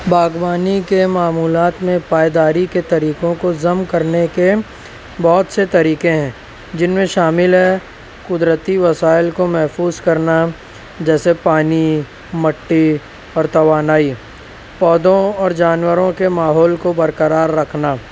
باغبانی کے معملات میں پائیداری کے طریقوں کو ضم کر نے کے بہت سے طریقے ہیں جن میں شامل ہے قدرتی وسائل کو محفوظ کرنا جیسے پانی مٹی اور توانائی پودوں اور جانوروں کے ماحول کو برقرار رکھنا